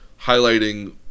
highlighting